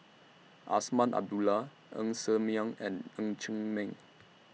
Azman Abdullah Ng Ser Miang and Ng Chee Meng